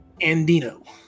Andino